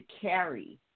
carry